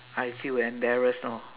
I feel embarrassed lor